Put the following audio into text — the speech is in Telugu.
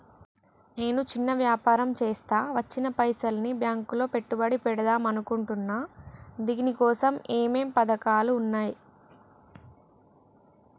నేను చిన్న వ్యాపారం చేస్తా వచ్చిన పైసల్ని బ్యాంకులో పెట్టుబడి పెడదాం అనుకుంటున్నా దీనికోసం ఏమేం పథకాలు ఉన్నాయ్?